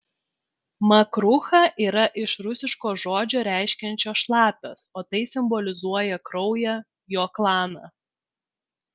makrucha yra iš rusiško žodžio reiškiančio šlapias o tai simbolizuoja kraują jo klaną